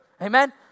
Amen